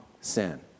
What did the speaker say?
sin